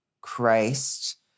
Christ